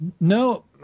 no